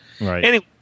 Right